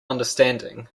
understanding